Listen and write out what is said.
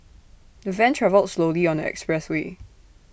the van travelled slowly on the expressway